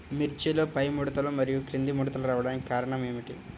మిర్చిలో పైముడతలు మరియు క్రింది ముడతలు రావడానికి కారణం ఏమిటి?